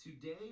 today